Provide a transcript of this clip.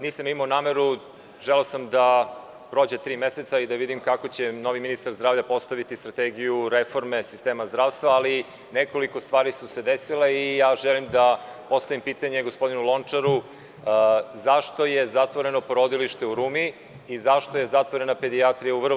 Nisam imao nameru, želeo sam da prođe tri meseca i da vidim kako će novi ministar zdravlja postaviti strategiju reforme sistema zdravstva, ali nekoliko stvari su se desile i ja želim da postavim pitanje gospodinu Lončaru – zašto je zatvoreno porodilište u Rumi i zašto je zatvorena pedijatrija u Vrbasu?